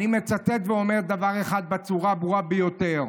אני מצטט ואומר דבר אחד בצורה הברורה ביותר: